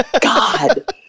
God